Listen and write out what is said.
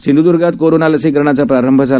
सिंध्दूर्गात corona लसीकरणाचाप्रारंभ झाला